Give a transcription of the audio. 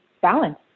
balance